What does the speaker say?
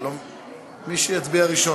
מי שיצביע ראשון.